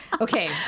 Okay